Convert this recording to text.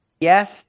Yes